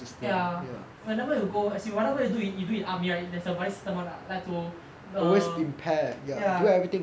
ya whenever you go as in you whatever you do you do army right there is a buddy system [one] lah like to err ya